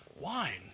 wine